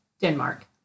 Denmark